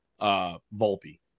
Volpe